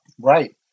right